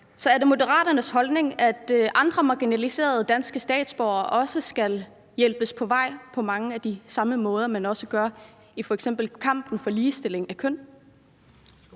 Er det Moderaternes holdning, at andre marginaliserede danske statsborgere også skal hjælpes på vej på mange af de samme måder, som man også gør i f.eks. kampen for ligestilling af køn?